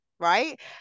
Right